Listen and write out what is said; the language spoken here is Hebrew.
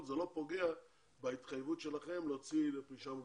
זה לא פוגע בהתחייבות שלכם לפרישה מוקדמת.